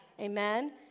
Amen